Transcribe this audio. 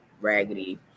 raggedy